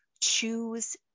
choose